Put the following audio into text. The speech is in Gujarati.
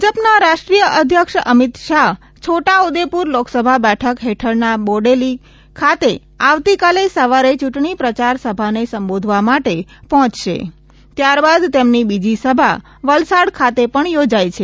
ભાજપના રાષ્ટ્રીય અધ્યક્ષ અમિત શાહ છોટા ઉદેપુર લોકસભા બેઠક હેઠળના બોડેલી ખાતે આવતીકાલે સવારે ચૂંટણી પ્રચાર સભાને સંબોધવા માટે પહોંચશે ત્યારબાદ તેમની બીજી સભાા વલસાડ ખાતે પણ યોજાઇ છે